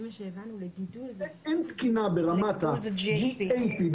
אין תקינה ברמת ה-GMP,